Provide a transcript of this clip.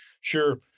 Sure